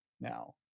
now